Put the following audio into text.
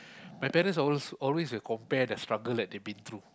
my parents always always will compare the struggle they'd been through